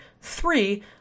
three